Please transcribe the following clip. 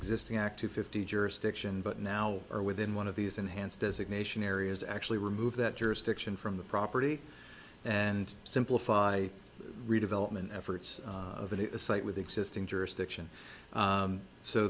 existing active fifty jurisdiction but now are within one of these enhanced designation areas actually remove that jurisdiction from the property and simplify redevelopment efforts of a new site with existing jurisdiction